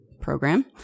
program